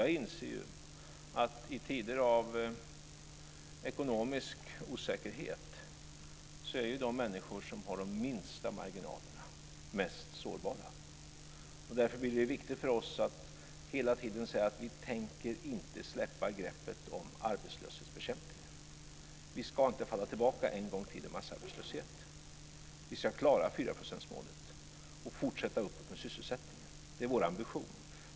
Jag inser att i tider av ekonomisk osäkerhet är det de människor som har de minsta marginalerna som är mest sårbara. Därför blir det viktigt för oss att hela tiden säga att vi inte tänker släppa greppet om arbetslöshetsbekämpningen. Vi ska inte falla tillbaka till massarbetslöshet en gång till. Vi ska klara fyraprocentsmålet och fortsätta uppåt med sysselsättningen. Det är vår ambition.